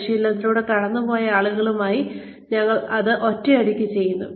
പരിശീലനത്തിലൂടെ കടന്നുപോയ ആളുകളുമായി ഞങ്ങൾ ഇത് ഒറ്റയടിക്ക് ചർച്ചചെയ്യുന്നു